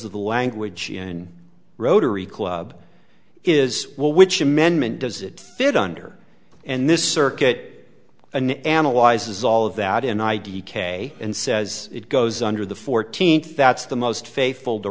of the language in rotary club is what which amendment does it fit under and this circuit and analyzes all of that in id k and says it goes under the fourteenth that's the most faithful to